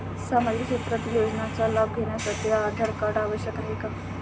सामाजिक क्षेत्रातील योजनांचा लाभ घेण्यासाठी आधार कार्ड आवश्यक आहे का?